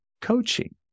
coaching